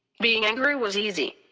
being angry was easy.